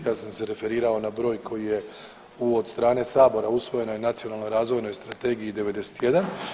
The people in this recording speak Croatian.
Ja sam se referirao na broj koji je od strane Sabora usvojen na Nacionalnoj razvojnoj strategiji '91.